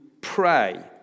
pray